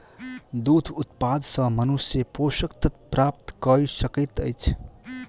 दूध उत्पाद सॅ मनुष्य पोषक तत्व प्राप्त कय सकैत अछि